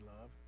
love